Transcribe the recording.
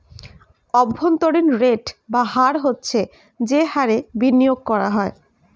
অভ্যন্তরীণ রেট বা হার হচ্ছে যে হারে বিনিয়োগ করা হয়